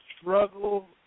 struggle